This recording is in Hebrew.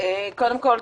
קודם כול,